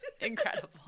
incredible